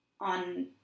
on